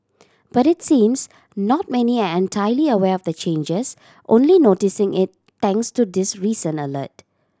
but it seems not many are entirely aware of the changes only noticing it thanks to this recent alert